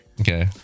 Okay